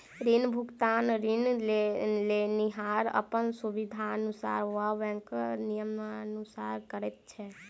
ऋण भुगतान ऋण लेनिहार अपन सुबिधानुसार वा बैंकक नियमानुसार करैत छै